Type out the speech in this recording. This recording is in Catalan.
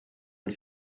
els